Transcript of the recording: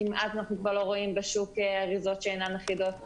אנחנו כמעט לא רואים בשוק אריזות שאינן אחידות.